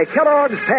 Kellogg's